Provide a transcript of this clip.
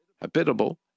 habitable